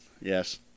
yes